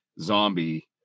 Zombie